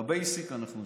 בבייסיק אנחנו שם.